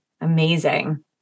amazing